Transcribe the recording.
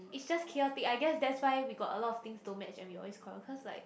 it's just chaotic I guess that's why we got a lot of things don't match and we always quarrel because like